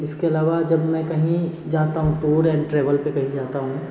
इसके अलावा जब मैं कहीं जाता हूँ टूर एंड ट्रेवल पर कहीं जाता हूँ